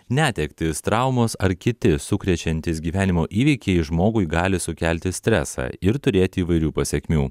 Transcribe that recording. netektys traumos ar kiti sukrečiantys gyvenimo įvykiai žmogui gali sukelti stresą ir turėti įvairių pasekmių